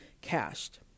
cashed